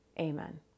amen